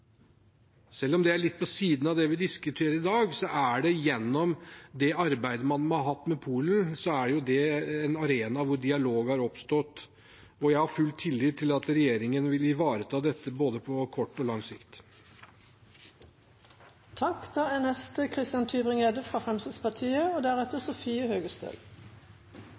Selv om det er litt på siden av det vi diskuterer i dag, så er det arbeidet man har hatt med Polen, en arena hvor dialog har oppstått, og jeg har full tillit til at regjeringen vil ivareta dette, på både kort og lang sikt. Jeg skal bruke mitt innlegg til å snakke om vår egen merknad i saken. Fremskrittspartiet